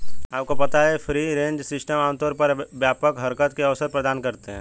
आपको पता है फ्री रेंज सिस्टम आमतौर पर व्यापक हरकत के अवसर प्रदान करते हैं?